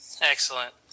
Excellent